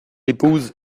épouse